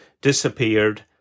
disappeared